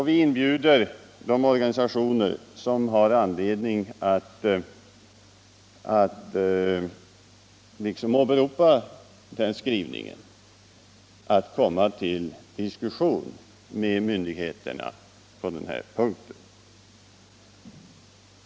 Vi inbjuder de organisationer som har anledning att åberopa den skrivningen att komma till diskussion med myndigheterna på denna punkt.